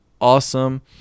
awesome